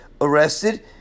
arrested